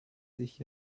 sich